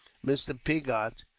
mr. pigot,